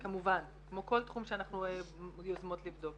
כמובן, כמו כל תחום שאנחנו יוזמות לבדוק.